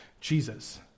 Jesus